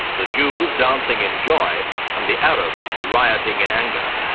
the jews dancing in joy and the arabs rioting in anger.